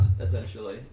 essentially